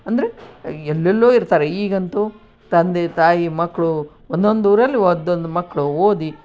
ಅಂದರೆ ಎಲ್ಲೆಲ್ಲೋ ಇರ್ತಾರೆ ಈಗಂತೂ ತಂದೆ ತಾಯಿ ಮಕ್ಕಳು ಒಂದೊಂದು ಊರಲ್ಲಿ ಒಂದೊಂದ್ ಮಕ್ಕಳು ಓದಿ